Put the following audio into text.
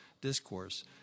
discourse